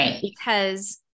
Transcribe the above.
because-